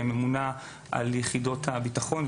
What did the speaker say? שהיא הממונה על יחידות הביטחון,